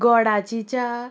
गोडाची च्या